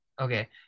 Okay